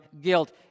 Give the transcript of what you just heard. guilt